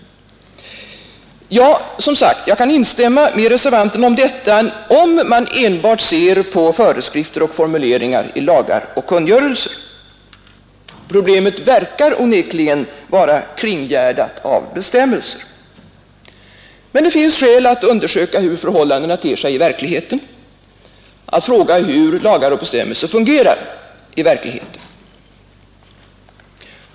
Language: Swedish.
Jag kan alltså instämma i uttalandet i reservationen, nämligen om man enbart ser på föreskrifter och formuleringar i lagar och kungörelser. Problemet verkar onekligen vara kringgärdat av bestämmelser. Men det finns skäl att undersöka hur förhållandena ter sig i verkligheten, att fråga hur lagar och bestämmelser faktiskt fungerar.